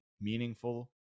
meaningful